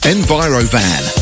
Envirovan